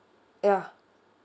yeah